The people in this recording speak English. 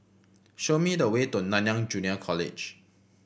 show me the way to Nanyang Junior College